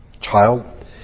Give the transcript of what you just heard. child